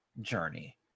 journey